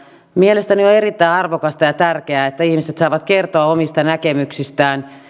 mielestäni on erittäin arvokasta ja tärkeää että ihmiset saavat kertoa omista näkemyksistään